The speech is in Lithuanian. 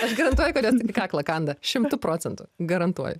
aš garantuoju kad jos kaklą kanda šimtu procentų garantuoju